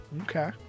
Okay